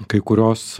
kai kurios